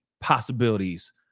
possibilities